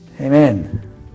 Amen